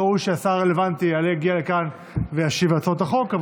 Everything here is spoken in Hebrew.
ראוי שהשר הרלוונטי יגיע לכאן וישיב על הצעות החוק.